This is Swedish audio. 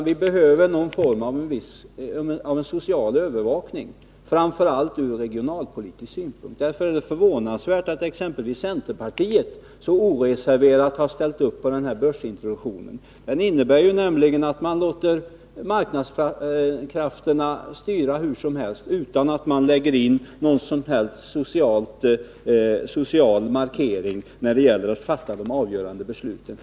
Vi behöver någon form av social övervakning, framför allt ur regionalpolitisk synpunkt. Därför är det förvånansvärt att exempelvis centerpartiet så oreserverat har ställt upp för börsintroduceringen. Den innebär nämligen att man låter marknadskrafterna styra hur som helst, utan att man har någon social markering när det gäller att fatta de avgörande besluten.